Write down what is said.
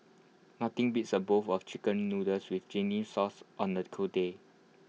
nothing beats A bowl of Chicken Noodles with zingy sauce on A cold day